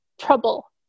trouble